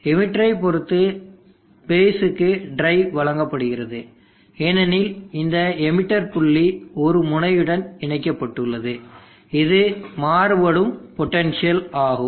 எமீட்டரை பொறுத்து பேஸ்க்கு ட்ரைவ் வழங்கப்படுகிறது ஏனெனில் இந்த எமிட்டர் புள்ளி ஒரு முனையுடன் இணைக்கப்பட்டுள்ளது இது மாறுபடும் பொட்டன்ஷியல் ஆகும்